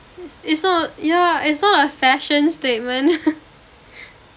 it's not yeah it's not a fashion statement